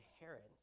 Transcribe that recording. inherent